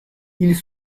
ils